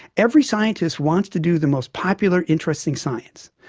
every scientist wants to do the most popular, interesting science.